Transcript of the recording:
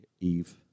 Eve